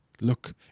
look